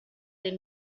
del